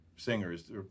singers